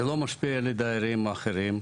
זה לא משפיע על הדיירים האחרים,